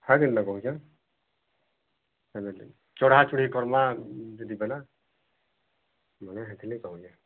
ହାଜିର୍ ଲଗାଉଛ ଚଢ଼ାଚଢ଼ି କର୍ମା ଦିଦି କହିଲା ବଢ଼ିଆ ହୋଇଥିଲେ